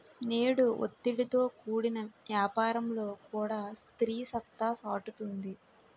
నేడు ఒత్తిడితో కూడిన యాపారంలో కూడా స్త్రీ సత్తా సాటుతుంది